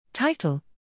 Title